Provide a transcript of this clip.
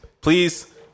Please